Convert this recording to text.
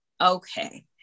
okay